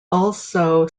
also